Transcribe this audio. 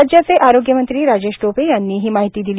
राज्याचे आरोग्य मंत्री राजेश टोपे यांनी ही माहिती दिली